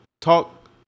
talk